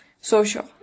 social